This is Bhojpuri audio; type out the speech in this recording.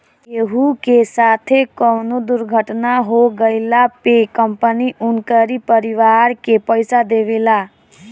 केहू के साथे कवनो दुर्घटना हो गइला पे कंपनी उनकरी परिवार के पईसा देवेला